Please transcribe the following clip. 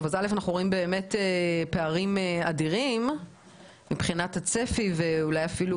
אנחנו רואים פערים אדירים מבחינת הצפי ואולי אפילו